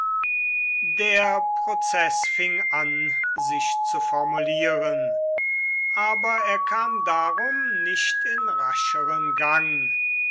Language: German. der prozeß fing an sich zu formulieren aber er kam darum nicht in rascheren gang